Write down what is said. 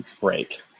break